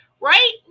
Right